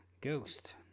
ghost